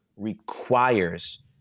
requires